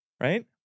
Right